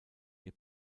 ihr